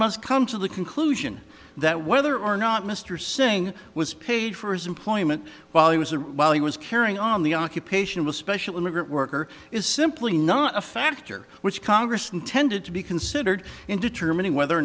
must come to the conclusion that whether or not mr singh was paid for his employment while he was or while he was carrying on the occupation with special immigrant worker is simply not a factor which congress intended to be considered in determining whether or